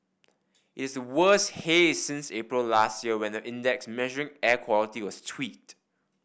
it's the worst haze since April last year when the index measuring air quality was tweaked